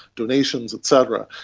donations et cetera.